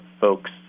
folks